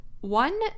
One